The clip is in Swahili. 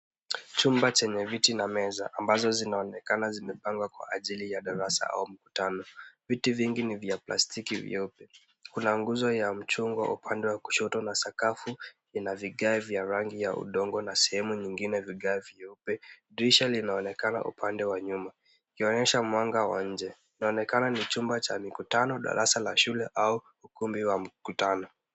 Chumba chenye viti na meza ambazo zinaonekana zimepangwa kwa ajili ya darasa au mkutano. Viti vingi ni vya plastiki vyeupe. Kuna nguzo ya mchungwa upande wa kushoto na sakafu ina vigae vya rangi ya udongo na sehemu nyingine vigae vyeupe. Dirisha linaonekana upande wa nyuma ikionyesha mwanga wa nje. Inaonekana ni chumba cha mikutano, darasa la shule au ukumbi wa mkutano.